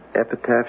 epitaph